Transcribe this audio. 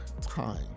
time